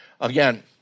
Again